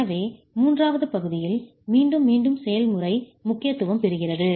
எனவே மூன்றாவது பகுதியில் மீண்டும் மீண்டும் செயல்முறை முக்கியத்துவம் பெறுகிறது